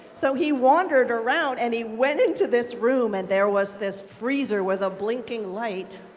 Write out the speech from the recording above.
so he wandered around, and he went into this room, and there was this freezer with a blinking light,